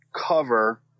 cover